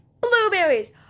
blueberries